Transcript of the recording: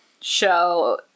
show